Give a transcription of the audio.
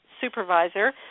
supervisor